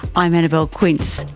i'm annabelle quince,